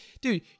dude